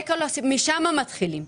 משם צריך להתחיל.